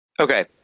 Okay